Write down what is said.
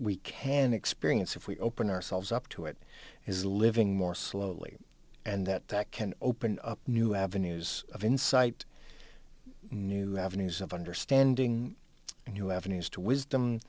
we can experience if we open ourselves up to it is living more slowly and that that can open up new avenues of insight new avenues of understanding and you avenues to wisdom